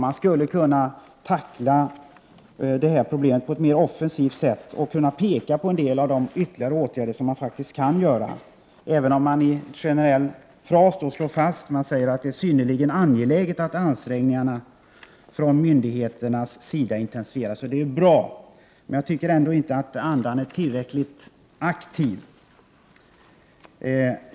Man skulle kunna tackla problemet på ett mer offensivt sätt och peka på vissa av de ytterligare åtgärder som faktiskt kan vidtas. I en generell fras heter det att det är ”synnerligen angeläget att ansträngningarna från myndigheternas sida intensifieras”. Det är bra, men jag tycker inte att det är tillräckligt aktivt.